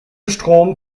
strom